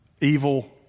evil